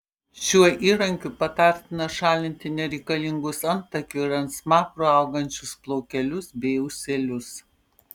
šiuo įrankiu patartina šalinti nereikalingus antakių ir ant smakro augančius plaukelius bei ūselius